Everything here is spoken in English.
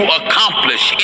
accomplish